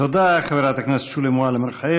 תודה, חברת הכנסת שולי מועלם-רפאלי.